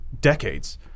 decades